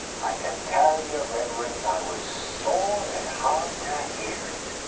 i can tell your reverence i was sore at heart to hear it.